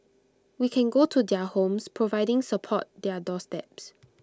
we can go to their homes providing support their doorsteps